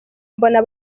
mbona